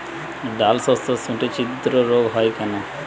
ডালশস্যর শুটি ছিদ্র রোগ হয় কেন?